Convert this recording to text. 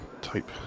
type